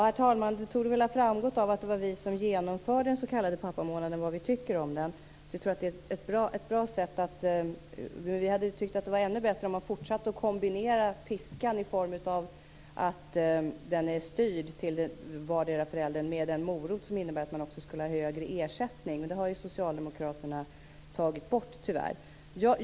Herr talman! Det torde väl ha framgått av att det var vi som genomförde den s.k. pappamånaden vad vi tycker. Vi tycker att det hade varit ännu bättre om man hade fortsatt och kombinerat med piskan i form av att den är styrd till vardera föräldern med en morot som innebär att man skulle ha högre ersättning. Nu har socialdemokraterna tyvärr tagit bort det.